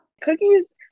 cookies